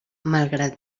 malgrat